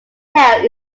tail